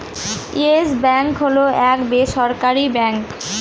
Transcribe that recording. yes Bank হল এক বেসরকারি ব্যাঙ্ক